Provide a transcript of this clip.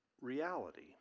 reality